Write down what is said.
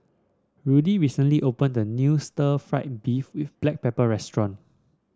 Rudy recently opened a new stir fry beef with Black Pepper restaurant